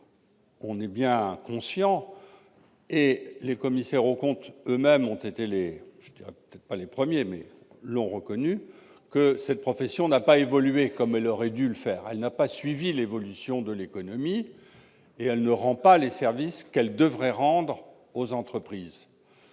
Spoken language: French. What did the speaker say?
en est bien conscient- les commissaires aux comptes eux-mêmes, même s'ils n'ont pas peut-être pas été les premiers à le dire, l'ont reconnu -, cette profession n'a pas évolué comme elle aurait dû le faire ; elle n'a pas suivi l'évolution de l'économie et elle ne rend pas les services qu'elle devrait rendre aux entreprises.